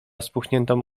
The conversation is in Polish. spuchniętą